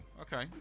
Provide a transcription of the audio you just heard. Okay